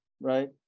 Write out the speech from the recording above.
right